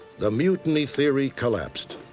the mutiny theory collapsed.